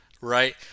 right